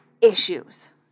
issues